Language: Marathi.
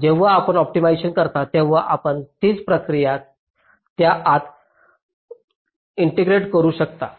जेव्हा आपण ऑप्टिमायझेशन करता तेव्हा आपण तीच प्रक्रिया त्या आत समाकलित करू शकता